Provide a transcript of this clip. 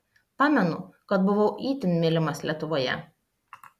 pamenu kad buvau itin mylimas lietuvoje